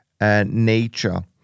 nature